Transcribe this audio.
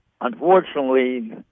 unfortunately